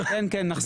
כן, כן.